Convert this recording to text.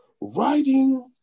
riding